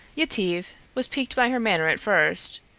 yetive was piqued by her manner at first,